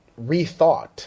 rethought